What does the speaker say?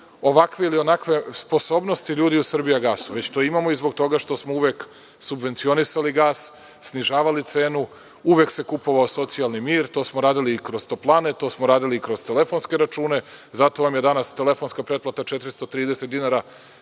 ovakve ili onakve sposobnosti ljudi u „Srbijagasu“, već to imamo i zbog toga što smo uvek subvencionisali gas, snižavali cenu, uvek se kupovao socijalni mir, to smo radili kroz toplane, kroz telefonske račune i zato vam je danas telefonska pretplata 430 dinara,